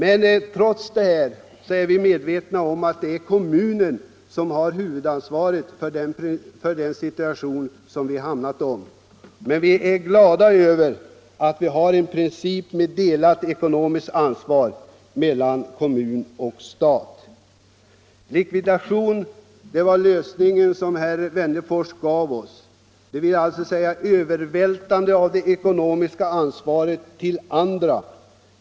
Vi är medvetna om att det är kommunen som har huvudansvaret för den situation vi har hamnat i, men vi är glada över att det ekonomiska ansvaret delas mellan kommun och stat. Likvidation var den lösning herr Wennerfors rekommenderade. Herr Wennerfors förordar alltså övervältrande av det ekonomiska ansvaret på andra.